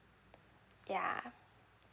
yeah